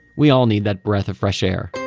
we all need that breath of fresh air